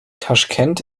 taschkent